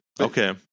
Okay